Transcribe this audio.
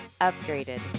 Upgraded